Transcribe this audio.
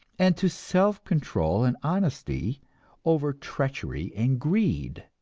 and to self-control and honesty over treachery and greed.